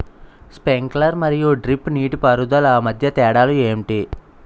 Sprinkler మరియు drip నీటిపారుదల మధ్య తేడాలు ఏంటి?